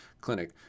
clinic